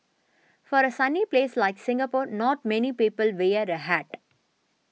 for a sunny place like Singapore not many people wear a hat